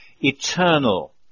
eternal